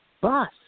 bus